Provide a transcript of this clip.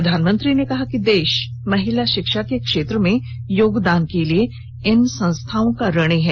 प्रधानमंत्री ने कहा कि देश महिला शिक्षा के क्षेत्र में योगदान के लिए इन संस्थाओं का ऋणी है